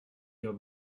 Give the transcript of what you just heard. wir